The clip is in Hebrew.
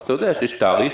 אז אתה יודע שיש תאריך,